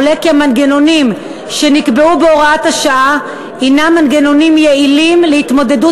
עולה כי המנגנונים שנקבעו בהוראת השעה הנם מנגנונים יעילים להתמודדות